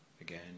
again